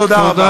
תודה רבה.